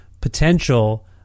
potential